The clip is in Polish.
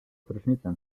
prysznicem